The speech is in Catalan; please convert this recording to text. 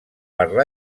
per